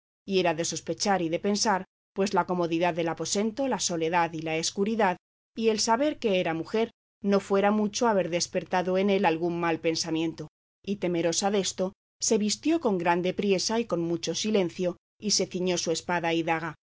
y era de sospechar y de pensar pues la comodidad del aposento la soledad y la escuridad y el saber que era mujer no fuera mucho haber despertado en él algún mal pensamiento y temerosa desto se vistió con grande priesa y con mucho silencio y se ciñó su espada y daga